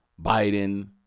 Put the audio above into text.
Biden